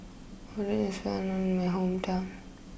Oden is well known in my hometown